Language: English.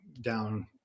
down